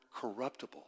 corruptible